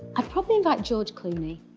i'd probably invite george clooney.